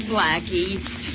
Blackie